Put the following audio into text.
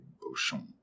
Beauchamp